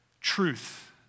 truth